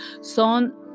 son